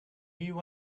you